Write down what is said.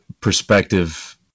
perspective